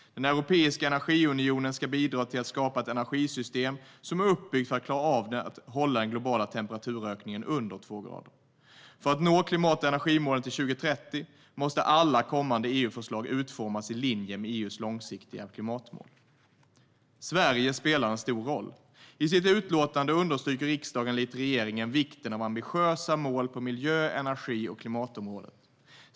Den europeiska energiunionen ska bidra till att skapa ett energisystem som är uppbyggt för att klara av att hålla den globala temperaturökningen under två grader. För att nå klimat och energimålen till 2030 måste alla kommande EU-förslag utformas i linje med EU:s långsiktiga klimatmål. Sverige spelar en stor roll. I sitt utlåtande understryker riksdagen likt regeringen vikten av ambitiösa mål på miljö, energi och klimatområdet.